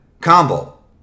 Combo